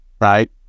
Right